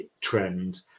trend